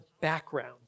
background